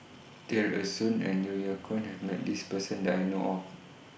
Tear Ee Soon and Yeo Yeow Kwang has Met This Person that I know of